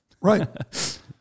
Right